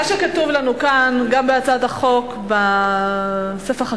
מה שכתוב לנו כאן, גם בהצעת החוק, בספח הכחול,